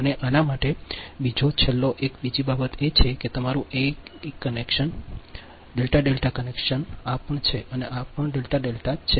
અને આના માટે બીજો છેલ્લો એક બીજી બાબત એ છે કે તમારું એ એ કનેક્શન આ પણ એ છે આ પણ એ એ છે